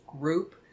group